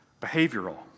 behavioral